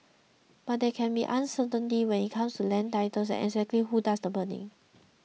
but there can be uncertainty when it comes to land titles and exactly who does the burning